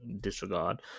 disregard